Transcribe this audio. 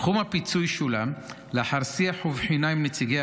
סכום הפיצוי שולם לאחר שיח ובחינה עם נציגי